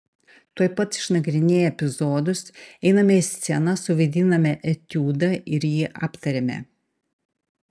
tuoj pat išnagrinėję epizodus einame į sceną suvaidiname etiudą ir jį aptariame